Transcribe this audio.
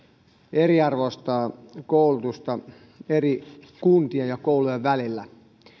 eriarvoistaa koulutusta eri kuntien ja koulujen välillä